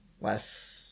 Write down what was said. less